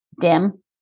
DIM